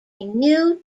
new